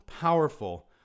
powerful